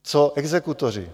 Co exekutoři?